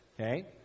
Okay